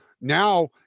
Now